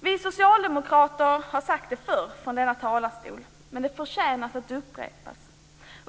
Vi socialdemokrater har sagt det förr från denna talarstol, men det förtjänar att upprepas.